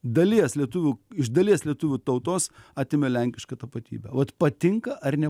dalies lietuvių iš dalies lietuvių tautos atėmė lenkišką tapatybę vat patinka ar ne